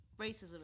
racism